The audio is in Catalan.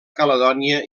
caledònia